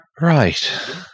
Right